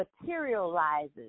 materializes